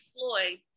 Floyd